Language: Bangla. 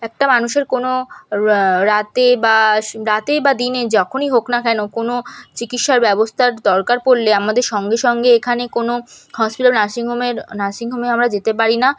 একটা মানুষের কোনো রাতে বা রাতে বা দিনে যখনই হোক না কেন কোনো চিকিৎসার ব্যবস্থার দরকার পড়লে আমাদের সঙ্গে সঙ্গে এখানে কোনো হসপিটাল বা নার্সিং হোমের নার্সিং হোমে আমরা যেতে পারি না